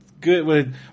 good